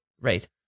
right